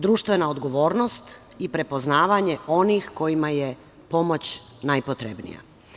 Društvena odgovornost i prepoznavanje onih kojima je pomoć najpotrebnija.